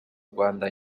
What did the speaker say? rwanda